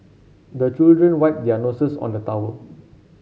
the children wipe their noses on the towel